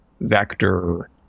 vector